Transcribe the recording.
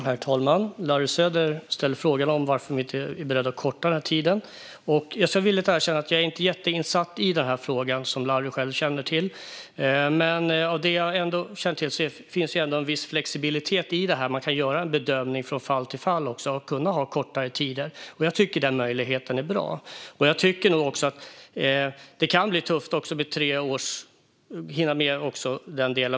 Herr talman! Larry Söder frågar varför vi inte är beredda att korta tiden. Jag ska villigt erkänna att jag inte är särskilt väl insatt i frågan, vilket Larry känner till. Men vad jag känner till finns det ändå en viss flexibilitet; man kan göra en bedömning från fall till fall och kan ha kortare tider. Den möjligheten är bra. Jag tycker nog att det kan bli tufft att hinna med på tre år.